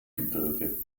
gebirge